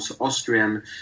Austrian